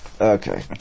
Okay